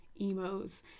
emos